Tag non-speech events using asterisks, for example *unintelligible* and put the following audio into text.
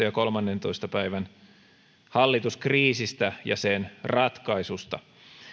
*unintelligible* ja kolmannentoista päivän hallituskriisistä ja sen ratkaisusta